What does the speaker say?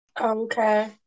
okay